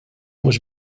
mhux